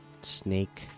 Snake